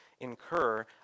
incur